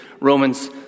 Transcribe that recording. Romans